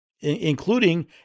including